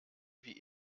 wie